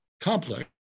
complex